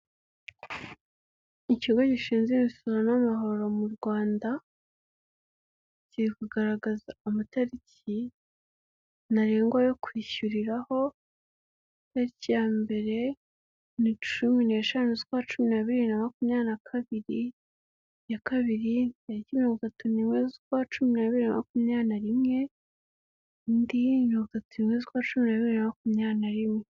Ikigo gishinze imisoro n'amahoro mu Rwanda, kiri kugaragaza amatariki ntarengwa yo kwishyuriraho, itariki ya mbere ni cumi n'eshanu z'ukwa cumi n'abiri bibiri na makumyabiri na kabiri, iya kabiri tariki mirongo itatu n'imwe z'ukwa cumi n'abiri bibiri na makumyabiri na rimwe, indi mirongo itatu n'imwe z'ukwa cumi n'abiri bibiri na makumyabiri na rimwe.